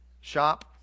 shop